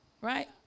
Right